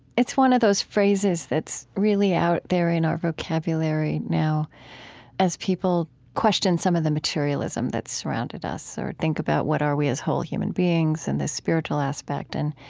it's one of those phrases that's really out there in our vocabulary now as people question some of the materialism that's surrounded us or think about what are we as whole human beings in this spiritual aspect. and